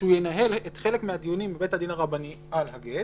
שינהל את חלק מהדיונים בבית הדין הרבני על הגט